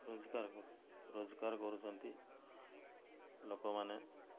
ରୋଜଗାର ରୋଜଗାର କରୁଛନ୍ତି ଲୋକମାନେ